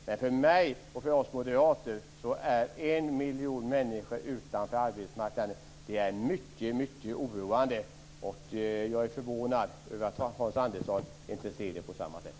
Men för mig och för oss moderater är en miljon människor utanför arbetsmarknaden mycket oroande. Jag är förvånad över att Hans Andersson inte ser det på samma sätt.